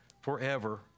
forever